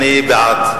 אני בעד.